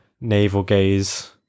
navel-gaze